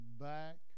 back